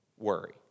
Worry